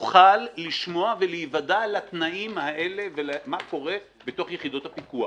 תוכל לשמוע ולהיוודע לתנאים האלה ולמה שקורה בתוך יחידות הפיקוח.